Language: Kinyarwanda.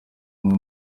umwe